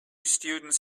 students